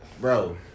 bro